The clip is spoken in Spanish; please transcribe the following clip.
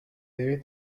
debe